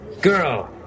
Girl